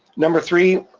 number three,